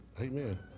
Amen